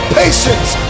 patience